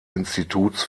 instituts